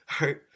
right